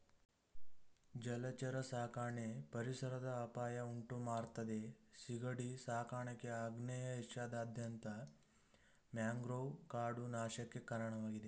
ಜಲಚರ ಸಾಕಣೆ ಪರಿಸರದ ಅಪಾಯ ಉಂಟುಮಾಡ್ತದೆ ಸೀಗಡಿ ಸಾಕಾಣಿಕೆ ಆಗ್ನೇಯ ಏಷ್ಯಾದಾದ್ಯಂತ ಮ್ಯಾಂಗ್ರೋವ್ ಕಾಡು ನಾಶಕ್ಕೆ ಕಾರಣವಾಗಿದೆ